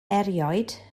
erioed